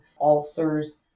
ulcers